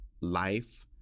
life